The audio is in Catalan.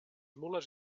mules